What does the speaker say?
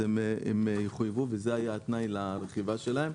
הם יחויבו וזה היה התנאי לרכיבה שלהם.